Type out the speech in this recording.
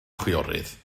chwiorydd